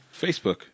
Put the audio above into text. Facebook